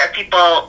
people